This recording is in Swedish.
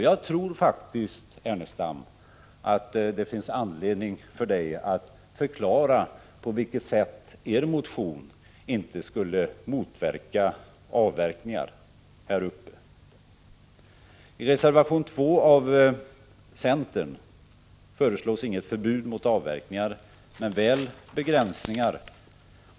Jag tror faktiskt, Lars Ernestam, att det finns anledning för er att förklara på vilket sätt er motion inte skulle motverka avverkningar där uppe. I reservation 2 av centern föreslås inget förbud mot avverkningar men väl begränsningar.